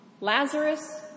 Lazarus